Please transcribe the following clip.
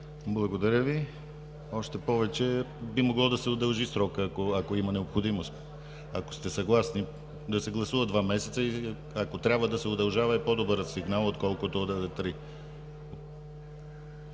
Благодаря Ви. Би могло да се удължи срокът, ако има необходимост. Ако сте съгласни, да се гласуват два месеца и, ако трябва да се удължава, е по-добър сигнал, отколкото да е три.